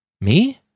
Me